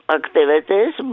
activities